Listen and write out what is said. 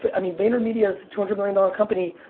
but i mean, vaynermedia is a two hundred billion dollars company.